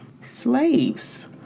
slaves